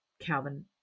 Calvin